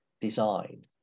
design